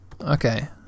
Okay